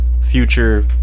future